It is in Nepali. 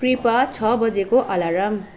कृपाय छ बजेको अलार्म